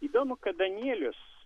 įdomu kad danielius